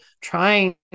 trying